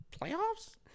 Playoffs